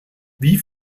wie